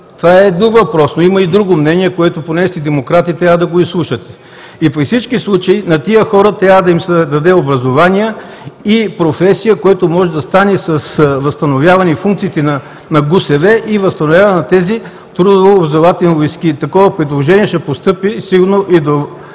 това е друг въпрос, но има и друго мнение, което понеже сте демократи, трябва да го изслушате. При всички случаи на тези хора трябва да им се даде образование и професия, което може да стане с възстановяване и функциите на ГУСВ и възстановяване на тези трудово-образователни войски. Такова предложение ще постъпи сигурно и до